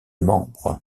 membre